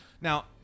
Now